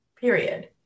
period